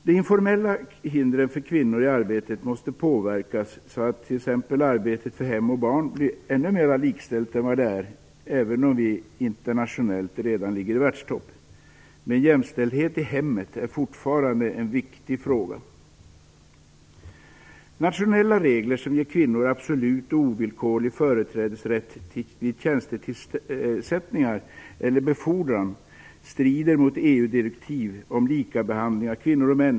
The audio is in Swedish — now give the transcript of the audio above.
De informella hindren för kvinnor i arbetet måste påverkas så att t.ex. ansvaret för hem och barn blir ännu mer likställt än vad det är, även om vi internationellt redan ligger i världstopp. Men jämställdhet i hemmet är fortfarande en viktig fråga. Nationella regler som ger kvinnor absolut och ovillkorlig företrädesrätt vid tjänstetillsättningar eller befordran strider mot EU-direktiv om likabehandling av kvinnor och män.